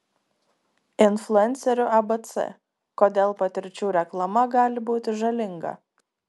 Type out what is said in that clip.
influencerių abc kodėl patirčių reklama gali būti žalinga